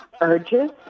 Urges